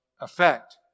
effect